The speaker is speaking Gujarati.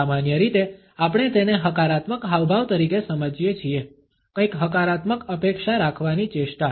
સામાન્ય રીતે આપણે તેને હકારાત્મક હાવભાવ તરીકે સમજીએ છીએ કંઈક હકારાત્મક અપેક્ષા રાખવાની ચેષ્ટા